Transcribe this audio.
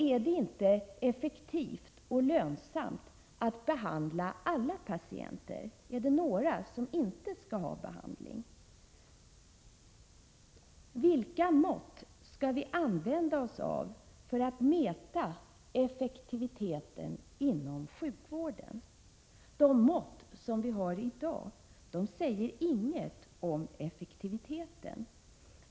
Är det inte effektivt och lönsamt att behandla alla patienter, eller är det några som inte skall ha behandling? Vilka mått skall vi använda oss av för att mäta effektiviteten inom sjukvården? De mått som vi har i dag säger ingenting om effektiviteten.